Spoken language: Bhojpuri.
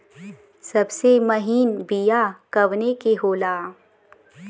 सबसे महीन बिया कवने के होला?